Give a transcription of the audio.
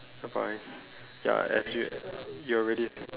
bye bye ya as we you already